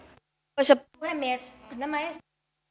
arvoisa puhemies nämä huolet